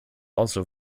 also